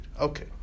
Okay